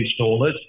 installers